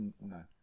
No